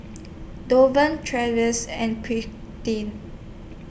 Donavon Tracee and Prudie